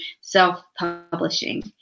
self-publishing